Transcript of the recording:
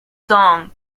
song